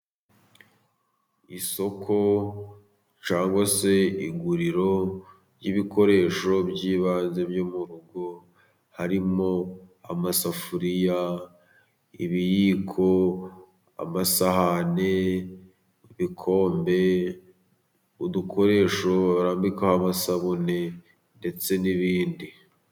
Isoko cyangwa se iguriro ry'ibikoresho by'ibanze byo mu rugo harimo amasafuriya, ibiyiko, amasahani, ibikombe, udukoresho barambikaho amasabune, ndetse n'ibindi.